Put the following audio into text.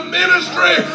ministry